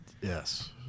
Yes